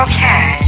Okay